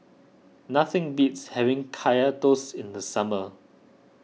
nothing beats having Kaya Toast in the summer